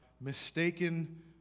mistaken